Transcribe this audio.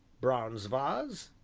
bronze vase?